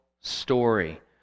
story